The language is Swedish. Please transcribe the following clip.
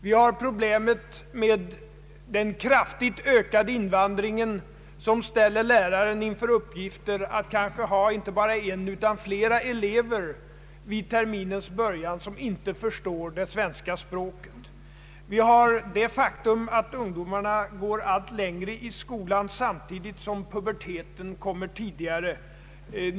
Vi har problem med den kraftigt ökade invandringen, som ställer läraren inför uppgiften att undervisa kanske inte bara en utan flera elever som vid terminens början inte förstår det svenska språket. Ungdomarna går allt längre i skolan, samtidigt som puberteten kommer tidigare.